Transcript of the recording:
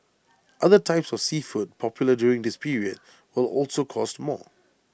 other types of seafood popular during this period will also cost more